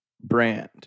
brand